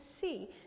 see